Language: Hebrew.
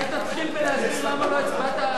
אולי תתחיל בלהסביר למה לא הצבעת,